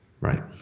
Right